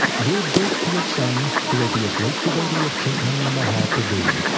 gave birth to a son who will be a great devotee of chaitanya mahaprabhu.